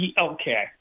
Okay